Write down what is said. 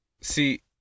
See